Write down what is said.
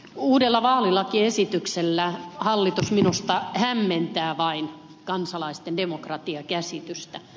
uudella vaalilakiesityksellä hallitus minusta vain hämmentää kansalaisten demokratiakäsitystä